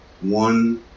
one